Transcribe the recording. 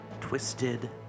Twisted